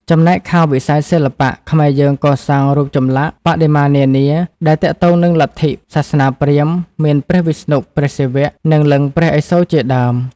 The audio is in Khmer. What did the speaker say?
ចំណែក ខាងវិស័យសិល្បៈ ខ្មែរយើងកសាងរូបចម្លាក់ បដិមានានា ដែលទាក់ទងនឹងលទ្ធិ សាសនាព្រាហ្មណ៍ មានព្រះវិស្ណុ ព្រះសិវៈ និងលិង្គព្រះឥសូរជាដើម។